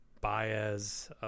Baez